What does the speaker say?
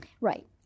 Right